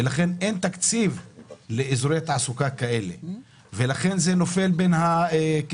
לכן אין תקציב וזה נופל בין הכיסאות.